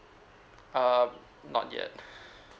err not yet